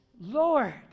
Lord